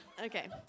Okay